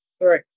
Sorry